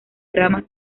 ramas